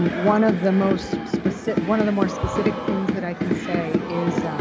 one of the most specific one of the more specific things that i can say is